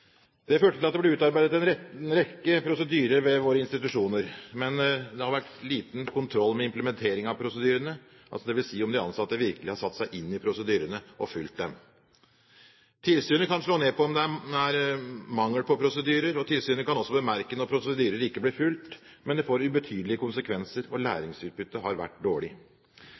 Det førte til at det ble utarbeidet en rekke prosedyrer ved våre institusjoner, men det har vært liten kontroll med implementeringen av prosedyrene, det vil si om ansatte har satt seg inn i prosedyrene og fulgt dem. Tilsynet kan slå ned på om det er mangel på prosedyrer, og tilsynet kan også bemerke når prosedyrer ikke blir fulgt, men det får ubetydelige konsekvenser og læringsutbyttet har vært dårlig.